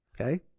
okay